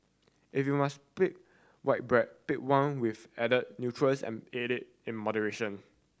if you must pick white bread pick one with added nutrients and eat it in moderation